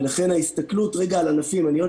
ולכן ההסתכלות רגע על הענפים אני עוד